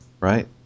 right